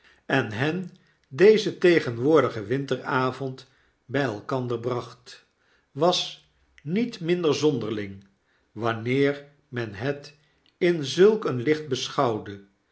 en hen dezen tegenwoordigen winteravond bij elkander bracht was niet minder zonderling wanneer men het in zulk een licht beschouwde